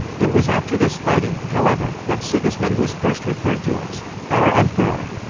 it was after this fighting, however, that sigismund was first referred to as our emperor,